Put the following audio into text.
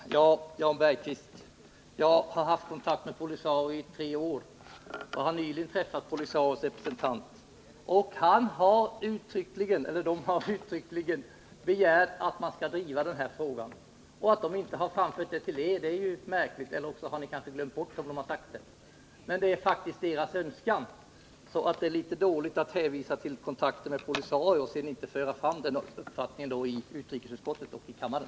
Herr talman! Ja, Jan Bergqvist, jag har haft kontakt med POLISARIO i tre år, och jag har nyligen träffat POLISA RIO:s representant. De har uttryckligen begärt att vi skall driva den här frågan. Att de inte framfört detta till er är ju märkligt, eller också har ni glömt bort vad de har sagt. Men detta är faktiskt deras önskan. Jag tycker därför att det är litet dåligt att hänvisa till kontakter med POLISARIO och sedan inte föra fram deras uppfattning i utrikesutskottet och kammaren.